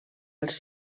als